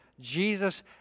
Jesus